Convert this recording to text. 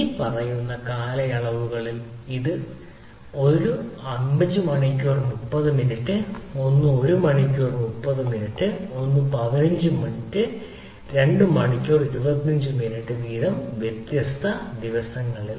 ഇനിപ്പറയുന്ന കാലയളവുകളിൽ ഒന്ന് 5 മണിക്കൂർ 30 മിനിറ്റ് ഒന്ന് 1 മണിക്കൂർ 30 മിനിറ്റ് ഒന്ന് 15 മിനിറ്റ് 2 മണിക്കൂർ 25 മിനിറ്റ് വീതം വ്യത്യസ്ത ദിവസങ്ങളിൽ